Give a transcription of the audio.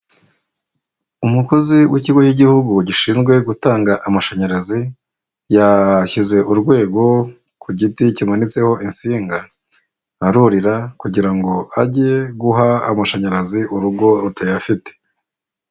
Umukozi w'ikigo cy'igihugu gishinzwe gutanga amashanyarazi, yashyize urwego ku giti kimanitseho insinga arurira kugira ngo ajye guha amashanyarazi urugo rutayafite.